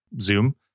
zoom